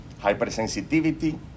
hypersensitivity